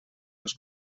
els